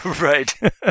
Right